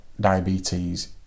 diabetes